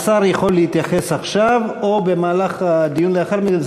השר יכול להתייחס עכשיו או במהלך הדיון לאחר מכן.